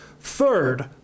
Third